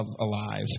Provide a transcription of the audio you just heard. alive